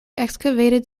excavated